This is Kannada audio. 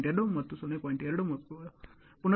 2 ರ ಪುನರ್ನಿರ್ಮಾಣ ಸಂಭವನೀಯತೆ ಇರುತ್ತದೆ